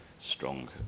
strong